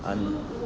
很